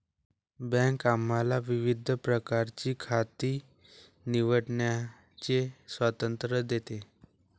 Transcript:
bank आम्हाला विविध प्रकारची खाती निवडण्याचे स्वातंत्र्य देते